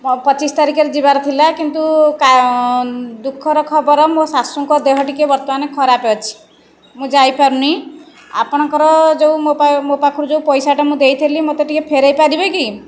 ପଚିଶ ତାରିଖରେ ଯିବାର ଥିଲା କିନ୍ତୁ ଦୁଃଖର ଖବର ମୋ ଶାଶୁଙ୍କ ଦେହ ଟିକିଏ ବର୍ତ୍ତମାନ ଖରାପ ଅଛି ମୁଁ ଯାଇପାରୁନି ଆପଣଙ୍କର ଯେଉଁ ମୋ ପାଖରେ ଯେଉଁ ପଇସାଟା ମୁଁ ଦେଇଥିଲି ମୋତେ ଟିକେ ଫେରେଇ ପାରିବେ କି